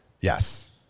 Yes